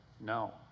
no